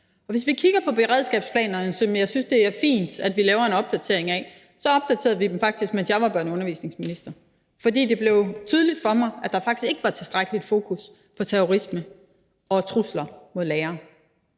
hvis vi kigger på beredskabsplanerne, som jeg synes det er fint vi laver en opdatering af, så opdaterede vi dem faktisk, mens jeg var børne- og undervisningsminister, fordi det blev tydeligt for mig, at der faktisk ikke var tilstrækkeligt fokus på terrorisme og trusler mod lærere.